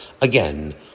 again